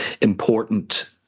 important